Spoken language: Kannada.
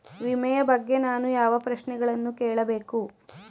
ವಿಮೆಯ ಬಗ್ಗೆ ನಾನು ಯಾವ ಪ್ರಶ್ನೆಗಳನ್ನು ಕೇಳಬೇಕು?